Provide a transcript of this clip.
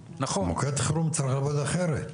מוקד חירום צריך לעבוד אחרת.